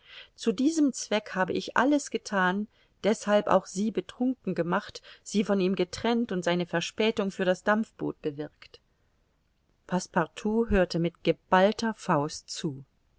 zu diesem zweck habe ich alles gethan deshalb auch sie betrunken gemacht sie von ihm getrennt und seine verspätung für das dampfboot bewirkt passepartout hörte mit geballter faust zu